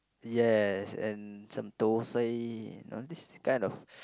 yes and some thosai you know this kind of